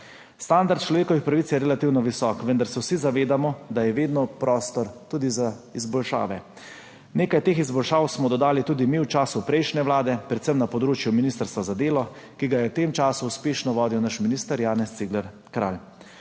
Standard človekovih pravic je relativno visok, vendar se vsi zavedamo, da je vedno prostor tudi za izboljšave. Nekaj teh izboljšav smo dodali tudi mi v času prejšnje vlade, predvsem na področju Ministrstva za delo, ki ga je v tem času uspešno vodil naš minister Janez Cigler Kralj.